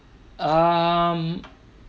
um